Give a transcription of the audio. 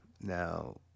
Now